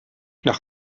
nach